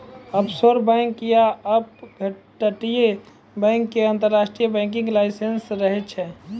offshore bank या अपतटीय bank के अंतरराष्ट्रीय बैंकिंग लाइसेंस रहै छै